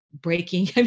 breaking